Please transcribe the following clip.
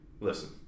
listen